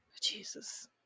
Jesus